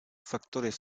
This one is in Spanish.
factores